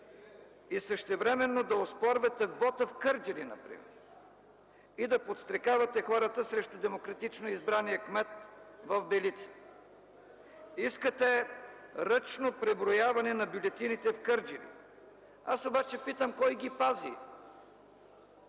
и същевременно да оспорвате вота в Кърджали например и да подстрекавате хората срещу демократично избрания кмет в Белица? Искате ръчно преброяване на бюлетините в Кърджали. Аз обаче питам: кой ги пази?